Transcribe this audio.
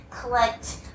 collect